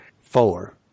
four